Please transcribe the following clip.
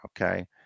Okay